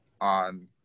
on